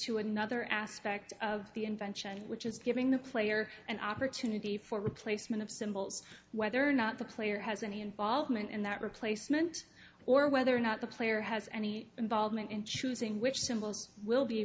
to another aspect of the invention which is giving the player an opportunity for replacement of symbols whether or not the player has any involvement in that replacement or whether or not the player has any involvement in choosing which symbols will be